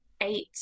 eight